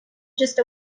just